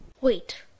Wait